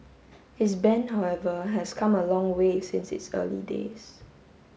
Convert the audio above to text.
his band however has come a long way since its early days